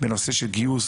בנושא של גיוס